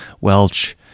Welch